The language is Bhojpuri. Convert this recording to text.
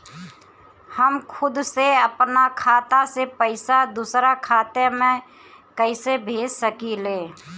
हम खुद से अपना खाता से पइसा दूसरा खाता में कइसे भेज सकी ले?